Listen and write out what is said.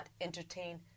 entertain